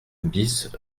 bis